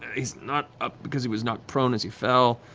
he's not up because he was knocked prone as he fell,